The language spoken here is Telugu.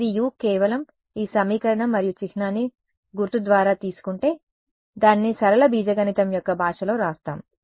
ఇది u కేవలం ఈ సమీకరణం మరియు చిహ్నాన్ని గుర్తు ద్వారా తీసుకుంటే దానిని సరళ బీజగణితం యొక్క భాషలో వ్రాస్దాం